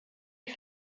die